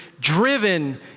driven